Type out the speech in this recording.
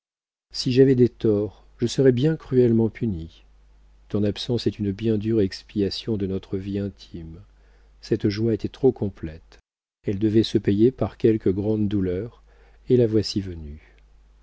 si j'avais des torts je serais bien cruellement punie ton absence est une bien dure expiation de notre vie intime cette joie était trop complète elle devait se payer par quelque grande douleur et la voici venue